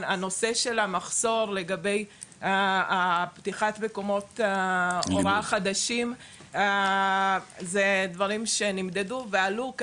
הנושא של המחסור לגבי פתיחת מקומות הוראה חדשים זה דברים שנמדדו ועלו.